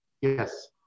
Yes